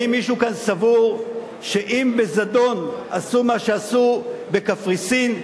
האם מישהו כאן סבור שאם בזדון עשו מה שעשו בקפריסין,